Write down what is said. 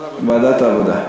ועדת העבודה.